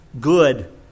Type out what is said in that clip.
good